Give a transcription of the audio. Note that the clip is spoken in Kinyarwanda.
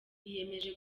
yiyemeje